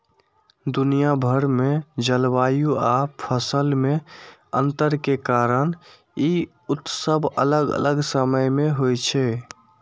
दुनिया भरि मे जलवायु आ फसल मे अंतर के कारण ई उत्सव अलग अलग समय मे होइ छै